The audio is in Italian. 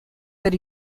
per